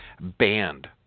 banned